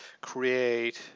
create